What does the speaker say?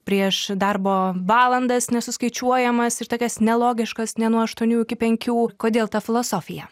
prieš darbo valandas nesuskaičiuojamas ir tokias nelogiškas ne nuo aštuonių iki penkių kodėl ta filosofija